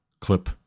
clip